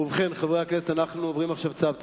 ובכן, חברי הכנסת, אנחנו עוברים עכשיו צו צו.